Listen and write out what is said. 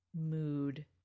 mood